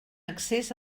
accés